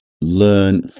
learn